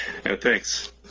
Thanks